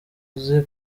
uzi